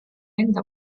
enda